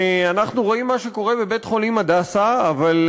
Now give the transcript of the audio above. אנחנו רואים מה שקורה בבית-החולים "הדסה", אבל,